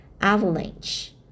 Avalanche